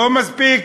לא מספיק